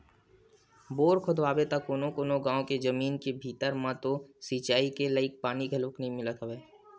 bore खोदवाबे त कोनो कोनो गाँव के जमीन के भीतरी म तो सिचई के लईक पानी घलोक नइ मिलत हवय